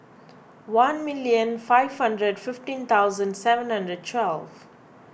one million five hundred fifteen thousand seven hundred twelve